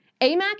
AMAC